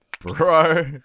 bro